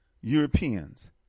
Europeans